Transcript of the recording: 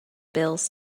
bills